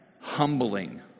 Humbling